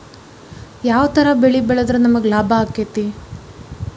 ಯಾವ ತರ ಬೆಳಿ ಬೆಳೆದ್ರ ನಮ್ಗ ಲಾಭ ಆಕ್ಕೆತಿ?